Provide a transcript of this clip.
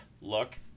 look